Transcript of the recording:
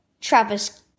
Travis